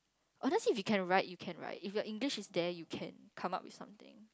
honestly if you can write you can write if your English is there you can come up with something